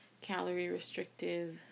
calorie-restrictive